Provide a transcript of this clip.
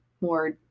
more